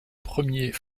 premier